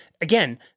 again